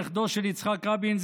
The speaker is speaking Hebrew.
נכדו של יצחק רבין,